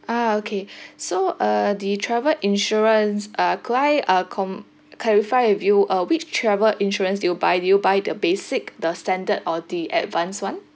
ah okay so uh the travel insurance uh could I uh com~ clarify with you uh which travel insurance did you buy did you buy the basic the standard or the advance one